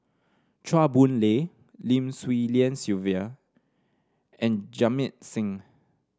Chua Boon Lay Lim Swee Lian Sylvia and Jamit Singh